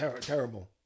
terrible